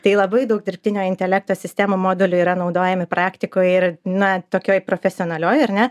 tai labai daug dirbtinio intelekto sistemų modelių yra naudojami praktikoje ir na tokioj profesionalioj ar ne